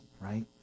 right